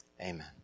Amen